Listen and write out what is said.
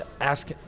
ask